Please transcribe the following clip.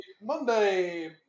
Monday